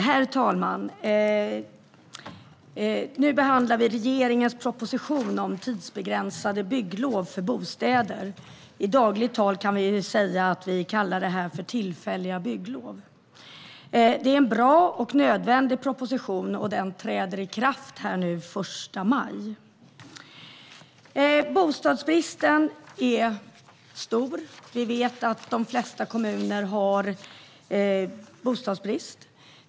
Herr talman! Nu behandlar vi regeringens proposition om tidsbegränsade bygglov för bostäder. I dagligt tal kallar vi det för tillfälliga bygglov. Det är en bra och nödvändig proposition. Den nya bestämmelsen föreslås träda i kraft den 1 maj. Bostadsbristen är stor. Vi vet att de flesta kommuner har bostadsbrist.